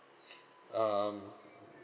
um